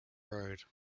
road